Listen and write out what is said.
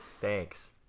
Thanks